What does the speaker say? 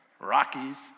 Rockies